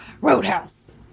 Roadhouse